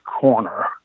corner